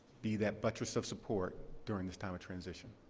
be that buttress of support during this time of transition.